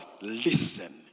listen